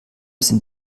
sind